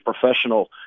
professional